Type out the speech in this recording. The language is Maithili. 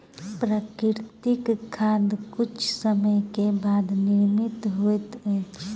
प्राकृतिक खाद किछ समय के बाद निर्मित होइत अछि